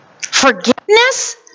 Forgiveness